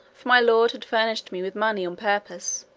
for my lord had furnished me with money on purpose,